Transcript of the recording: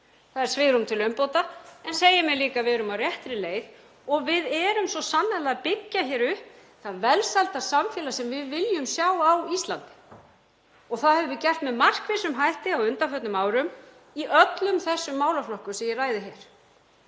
Það er svigrúm til umbóta en segir mér líka að við erum á réttri leið og við erum svo sannarlega að byggja hér upp það velsældarsamfélag sem við viljum sjá á Íslandi. Það höfum við gert með markvissum hætti á undanförnum árum í öllum þessum málaflokkum sem ég ræði hér.